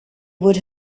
would